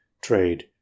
trade